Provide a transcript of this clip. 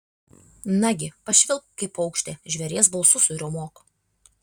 nagi pašvilpk kaip paukštė žvėries balsu suriaumok